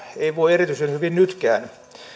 ei voi erityisen hyvin nytkään